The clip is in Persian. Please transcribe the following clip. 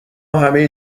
همه